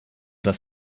das